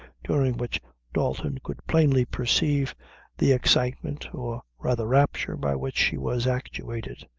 during which dalton could plainly perceive the excitement, or rather rapture, by which she was actuated.